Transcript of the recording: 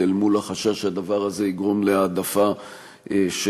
אל מול החשש שהדבר הזה יגרום להעדפה של